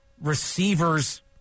receivers –